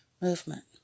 movement